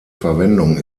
verwendung